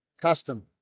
Custom